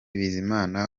bizima